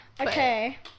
okay